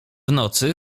nocy